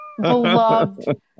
beloved